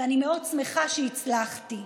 ואני מאוד שמחה שהצלחתי.